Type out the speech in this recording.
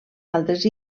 altres